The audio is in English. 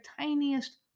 tiniest